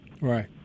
Right